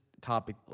topic